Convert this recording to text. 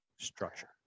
structure